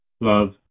love